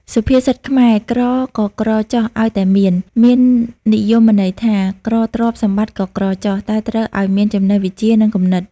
សុភាសិតខ្មែរ ក្រក៏ក្រចុះឲ្យតែមាន មាននិយមន័យថា ក្រទ្រព្យសម្បត្តិក៏ក្រចុះ តែត្រូវអោយមានចំណេះវិជ្ជា និងគំនិត ។